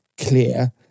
clear